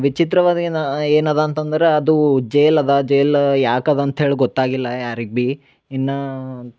ವಿಚಿತ್ರವಾದ ಏನು ಏನು ಅದ ಅಂತ ಅಂದ್ರಾ ಅದೂ ಜೇಲ್ ಅದ ಜೇಲ್ ಯಾಕೆ ಅದ ಅಂತ್ಹೇಳಿ ಗೊತ್ತಾಗಿಲ್ಲ ಯಾರಿಗೆ ಬಿ ಇನ್ನಾ